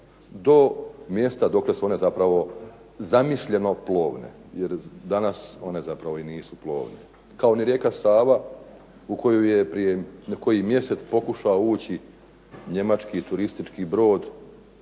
do mjesta dokle su one zapravo zamišljeno plovne. Jer danas one zapravo i nisu plovne kao ni rijeka Sava u koju je prije koji mjesec pokušao ući njemački turistički brod